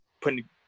putting